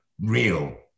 real